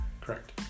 Correct